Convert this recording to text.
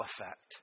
effect